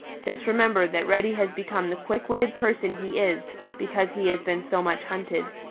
just remember that reddy has become the quick-witted person he is because he has been so much hunted.